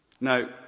Now